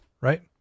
right